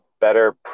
better